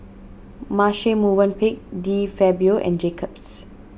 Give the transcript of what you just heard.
Marche Movenpick De Fabio and Jacob's